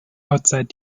outside